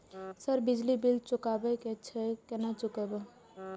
Sir बिजली bill चुकाबे की छे केना चुकेबे?